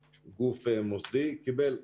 קיבל.